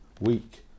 week